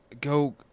go